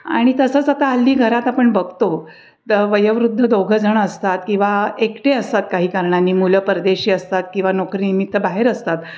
आणि तसंच आता हल्ली घरात आपण बघतो वयोवृद्ध दोघंजण असतात किंवा एकटे असतात काही कारणाने मुलं परदेशी असतात किंवा नोकरीनिमित्त बाहेर असतात